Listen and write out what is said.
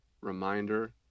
reminder